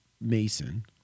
mason